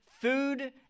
food